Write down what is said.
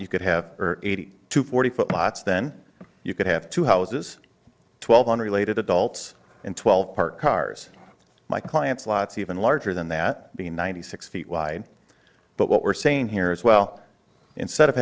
you could have eighty to forty foot lots then you could have two houses twelve unrelated adults and twelve parked cars my clients lots even larger than that being ninety six feet wide but what we're saying here is well instead of